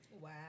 Wow